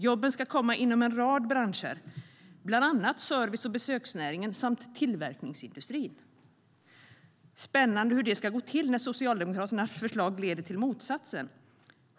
Jobben ska komma inom en rad branscher, bland annat i service och besöksnäringen och tillverkningsindustrin. Det är spännande hur det ska gå till när Socialdemokraternas förslag leder till motsatsen.